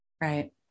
Right